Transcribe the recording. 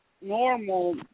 normal